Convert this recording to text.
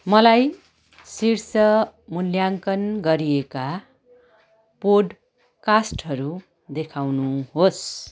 मलाई सिर्स मुल्याङ्कन गरिएका पोडकास्टहरू देखाउनुहोस्